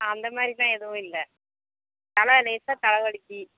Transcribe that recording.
அந்த மாதிரிலா எதுவும் இல்லை தலை லேசாக தலை வலிக்கி